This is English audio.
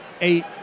eight